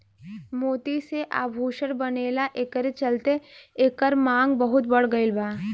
मोती से आभूषण बनेला एकरे चलते एकर मांग बहुत बढ़ गईल बा